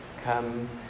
Come